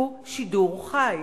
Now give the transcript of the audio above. הוא שידור חי,